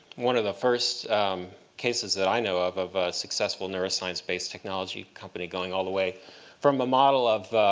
one of the first cases that i know of of a successful neuroscience-based technology company going all the way from a model of